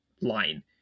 line